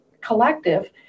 collective